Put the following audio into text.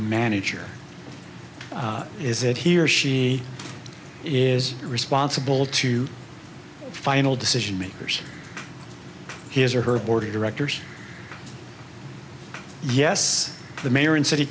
manager is it he or she is responsible to final decision makers his or her board of directors yes the mayor and city